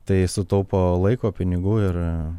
tai sutaupo laiko pinigų ir